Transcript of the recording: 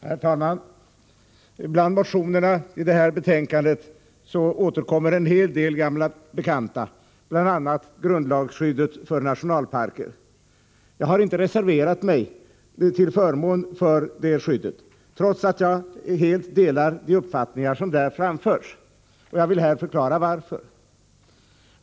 Herr talman! Bland motionerna i detta betänkande återkommer en hel del gamla bekanta, bl.a. en om grundlagsskyddet för nationalparker. Jag har inte reserverat mig till förmån för det skyddet trots att jag helt delar de uppfattningar som där framförs. Jag vill här förklara varför.